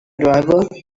driver